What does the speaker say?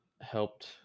helped